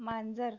मांजर